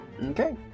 Okay